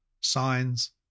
signs